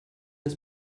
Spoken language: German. des